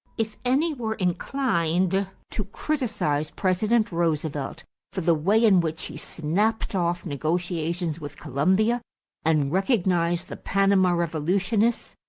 if any were inclined to criticize president roosevelt for the way in which he snapped off negotiations with colombia and recognized the panama revolutionists,